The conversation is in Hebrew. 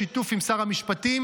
בשיתוף עם שר המשפטים,